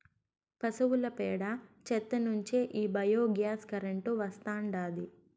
పశువుల పేడ చెత్త నుంచే ఈ బయోగ్యాస్ కరెంటు వస్తాండాది